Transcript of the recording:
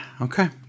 Okay